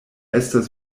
estas